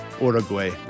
Uruguay